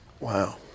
Wow